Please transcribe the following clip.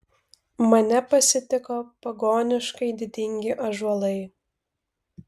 mane pasitiko pagoniškai didingi ąžuolai